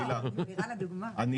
את